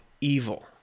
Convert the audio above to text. evil